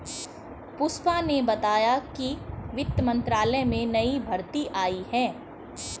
पुष्पा ने बताया कि वित्त मंत्रालय में नई भर्ती आई है